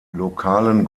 lokalen